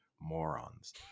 morons